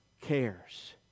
cares